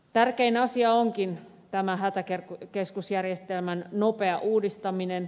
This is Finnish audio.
tärkein asia onkin tämä hätäkeskusjärjestelmän nopea uudistaminen